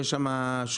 יש שם שוברים.